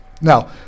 Now